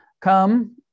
come